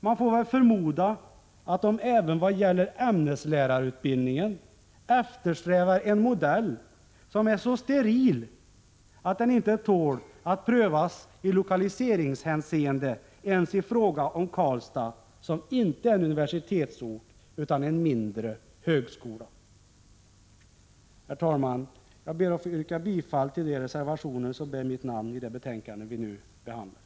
Man får väl förmoda att de även i vad gäller ämneslärarutbildningen eftersträvar en modell som är så steril att den inte tål att prövas i lokaliseringshänseende ens i fråga om Karlstad, som inte är en universitetsort utan har en mindre högskola. Herr talman! Jag ber att få yrka bifall till de reservationer som bär mitt namn i det betänkande vi nu behandlar.